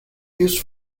used